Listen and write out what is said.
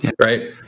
right